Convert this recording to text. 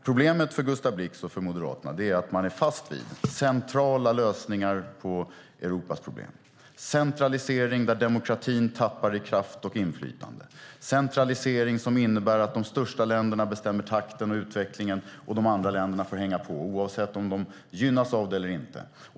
Problemet för Gustav Blix och för Moderaterna är att de är fast vid centrala lösningar på Europas problem. Det är en centralisering där demokratin tappar i kraft och inflytande, en centralisering som innebär att de största länderna bestämmer takten och utvecklingen. De andra länderna får hänga på, oavsett om de gynnas av det eller inte.